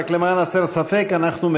רק למען הסר ספק,